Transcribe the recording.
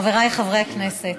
חבריי חברי הכנסת,